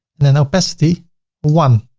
and then opacity one.